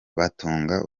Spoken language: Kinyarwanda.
batunga